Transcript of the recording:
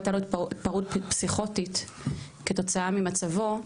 הייתה לו התפרעות פסיכוטית כתוצאה ממצבו,